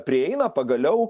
prieina pagaliau